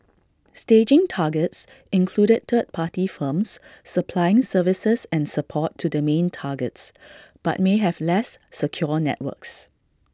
staging targets included third party firms supplying services and support to the main targets but may have less secure networks